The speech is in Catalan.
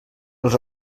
els